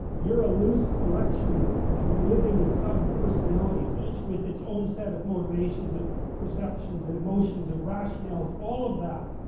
you're a loose collection of living sub-personalities, each with its own set of motivations and perceptions and emotions and rationales, all of that.